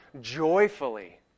joyfully